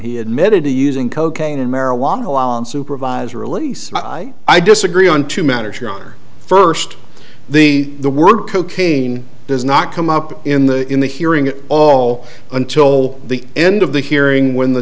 he admitted to using cocaine and marijuana law supervisor elise i i i disagree on two matters your honor first the the word cocaine does not come up in the in the hearing at all until the end of the hearing when the